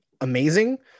amazing